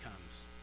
comes